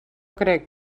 crec